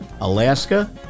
Alaska